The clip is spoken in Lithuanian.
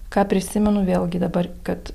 ką prisimenu vėlgi dabar kad